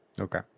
Okay